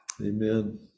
Amen